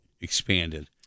expanded